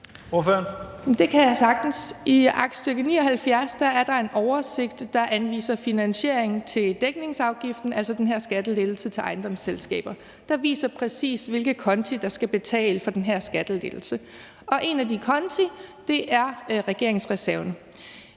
I aktstykke 79 er der en oversigt, der anviser finansiering til dækningsafgiften, altså den her skattelettelse til ejendomsselskaber, der viser præcis, hvilke konti der skal betale for den her skattelettelse, og en af de konti er regeringsreserven.